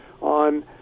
on